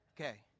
Okay